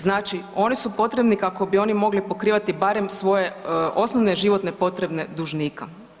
Znači, oni su potrebni kako bi oni mogli pokrivati barem svoje osnovne životne potrebe dužnika.